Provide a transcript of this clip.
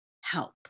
help